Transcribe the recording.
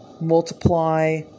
multiply